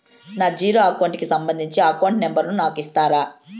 నా zero account కి సంబంధించి అకౌంట్ నెంబర్ ను నాకు ఇస్తారా